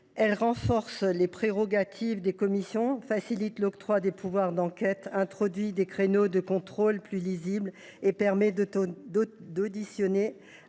Elle renforce les prérogatives des commissions, facilite l’octroi des pouvoirs d’enquête, introduit des créneaux de contrôle plus lisibles et permet d’auditionner